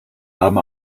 haben